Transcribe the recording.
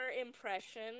impression